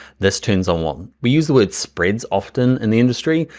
this turns on one. we use the word spreads often in the industry.